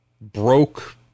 broke